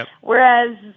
Whereas